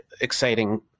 exciting